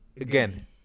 Again